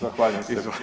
Zahvaljujem.